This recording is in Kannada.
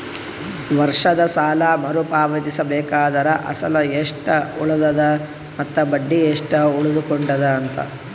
ವರ್ಷದ ಸಾಲಾ ಮರು ಪಾವತಿಸಬೇಕಾದರ ಅಸಲ ಎಷ್ಟ ಉಳದದ ಮತ್ತ ಬಡ್ಡಿ ಎಷ್ಟ ಉಳಕೊಂಡದ?